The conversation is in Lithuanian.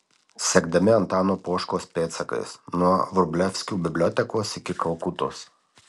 sekdami antano poškos pėdsakais nuo vrublevskių bibliotekos iki kalkutos